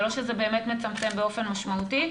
זה לא שזה באמת מצמצם באופן משמעותי,